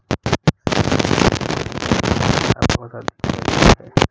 Cyprus vine की लता बहुत अधिक फैलती है